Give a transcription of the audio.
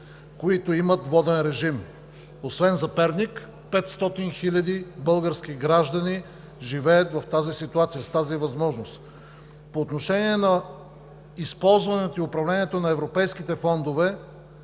които имат воден режим. Освен за Перник, 500 хиляди български граждани живеят в тази ситуация с тази възможност. По отношение на използването и управлението на европейските фондове,